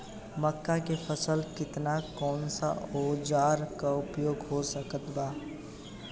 मक्का के फसल कटेला कौन सा औजार के उपयोग हो सकत बा?